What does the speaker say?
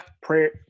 Prayer